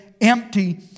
empty